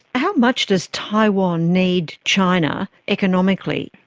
how much does taiwan need china economically?